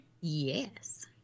Yes